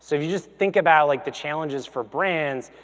if you just think about like the challenges for brands,